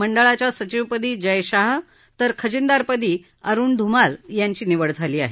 मंडळाच्या सचिवपदी जय शाह तर खजिनदारपदी अरुण धुमाल यांची निवड झाली आहे